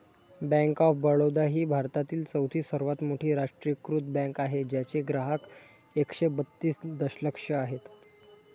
bank of Baroda ही भारतातील चौथी सर्वात मोठी राष्ट्रीयीकृत बँक आहे ज्याचे ग्राहक एकशे बत्तीस दशलक्ष आहेत